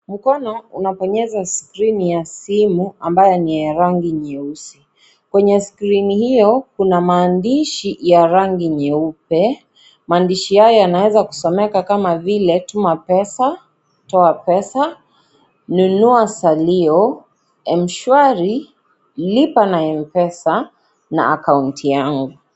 Mkono unabonyeza skrini ya simu ambayo ni ya rangi nyeusi. Kwenye skrini hiyo kuna maandishi ya rangi nyeupe. Maandishi hayo yanaweza kusomeka kama vile 'Tuma Pesa', 'Toa Pesa', 'Nunua Salio', 'M-Shwari', 'Lipa na M-Pesa' na 'Akaunti Yangu'.